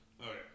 Okay